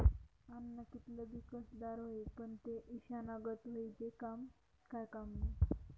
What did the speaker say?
आन्न कितलं भी कसदार व्हयी, पन ते ईषना गत व्हयी ते काय कामनं